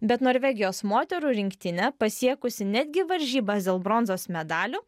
bet norvegijos moterų rinktinė pasiekusi netgi varžybas dėl bronzos medalių